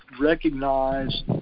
recognize